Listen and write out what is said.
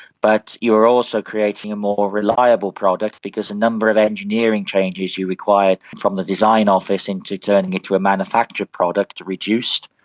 but you are also creating a more reliable product because a number of engineering changes you required from the design office into turning it to a manufactured product reduced.